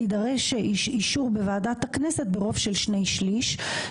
יידרש אישור בוועדת הכנסת ברוב של שני שליש,